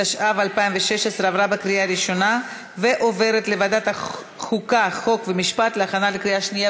התשע"ו 2016, לוועדת החוקה, חוקה ומשפט נתקבלה.